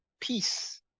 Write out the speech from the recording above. peace